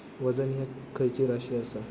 वजन ह्या खैची राशी असा?